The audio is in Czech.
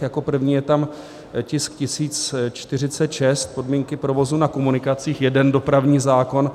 Jako první je tam tisk 1046, podmínky provozu na komunikacích, jeden dopravní zákon.